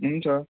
हुन्छ